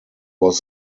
was